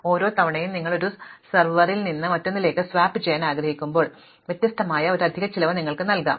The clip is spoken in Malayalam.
ഓരോ തവണയും നിങ്ങൾ ഒരു സെർവറിൽ നിന്ന് മറ്റൊന്നിലേക്ക് സ്വാപ്പ് ചെയ്യാൻ ആഗ്രഹിക്കുമ്പോൾ വ്യത്യസ്തമായ ഒരു അധിക ചിലവ് നിങ്ങൾക്ക് നൽകാം